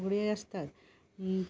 फुगडी आसतात